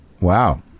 Wow